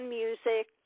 music